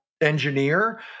engineer